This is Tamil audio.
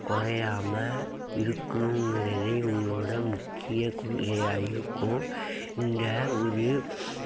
குறையாம இருக்குணுங்கிறது இவங்களோட முக்கிய கொள்கையாக இருக்கும் இங்கே ஒரு